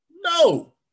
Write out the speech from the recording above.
No